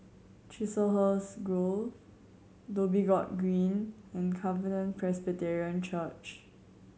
Chiselhurst Grove Dhoby Ghaut Green and Covenant Presbyterian Church